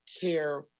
care